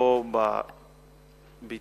בשל מספר המפקחים הקיים,